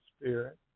Spirit